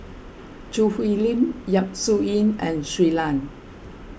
Choo Hwee Lim Yap Su Yin and Shui Lan